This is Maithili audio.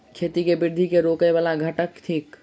खेती केँ वृद्धि केँ रोकय वला घटक थिक?